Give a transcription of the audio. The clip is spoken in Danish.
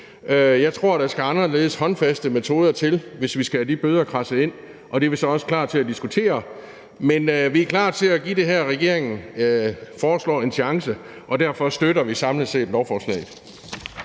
Jeg tror, at der skal anderledes håndfaste metoder til, hvis vi skal have de bøder kradset ind, og det er vi så også klar til at diskutere. Men vi er klar til at give det her, regeringen foreslår, en chance, og derfor støtter vi samlet set lovforslaget.